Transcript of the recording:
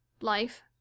Life